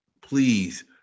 please